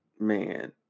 Man